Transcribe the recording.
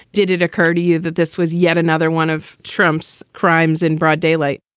did it occur to you that this was yet another one of trump's crimes in broad daylight?